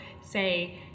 say